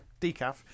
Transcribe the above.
decaf